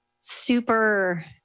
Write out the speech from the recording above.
super